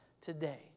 today